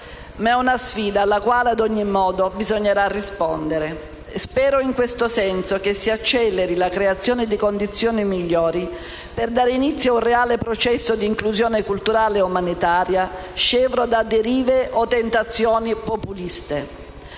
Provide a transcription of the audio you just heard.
anni, alla quale ad ogni modo bisognerà rispondere. Spero in questo senso che si acceleri la creazione di condizioni migliori per dare inizio ad un reale processo di inclusione culturale e umanitaria, scevro da derive o tentazioni populiste.